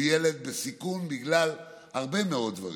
הוא ילד בסיכון בגלל הרבה מאוד דברים.